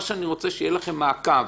מה שאני רוצה, שיהיה לכם מעקב.